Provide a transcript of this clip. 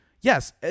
Yes